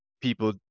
people